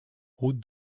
route